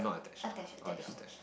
attached attached